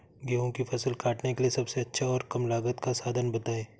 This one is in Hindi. गेहूँ की फसल काटने के लिए सबसे अच्छा और कम लागत का साधन बताएं?